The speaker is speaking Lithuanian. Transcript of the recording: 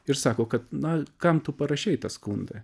ir sako kad na kam tu parašei tą skundą